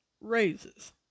raises